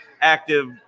active